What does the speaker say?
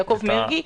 חבר הכנסת מרגי,